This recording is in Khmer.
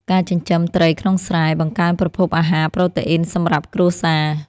ការចិញ្ចឹមត្រីក្នុងស្រែ បង្កើនប្រភពអាហារប្រូតេអ៊ីនសម្រាប់គ្រួសារ។